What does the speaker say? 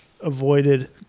avoided